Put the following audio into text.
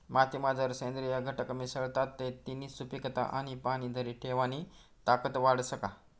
मातीमा जर सेंद्रिय घटक मिसळतात ते तिनी सुपीकता आणि पाणी धरी ठेवानी ताकद वाढस का?